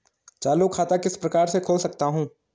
चालू खाता किस प्रकार से खोल सकता हूँ?